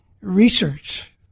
research